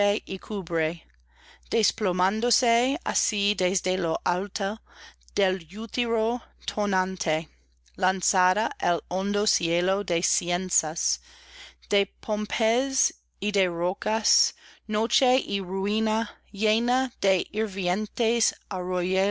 desplomándose asi desde lo alto del útero tonante lanzada al hondo cielo de cenizas de pómez y de rocas noche y ruina llena de hirvientes